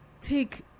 take